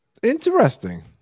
Interesting